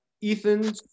Ethan